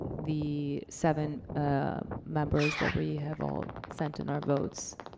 the seven members, that we have all sent in our votes.